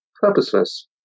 purposeless